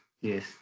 yes